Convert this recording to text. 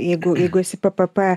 jeigu jeigu esi ppp